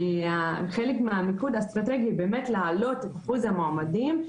כי חלק מהמיקוד האסטרטגי זה באמת להעלות את אחוז המועמדים,